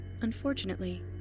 Unfortunately